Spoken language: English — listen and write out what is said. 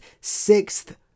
sixth